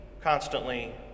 constantly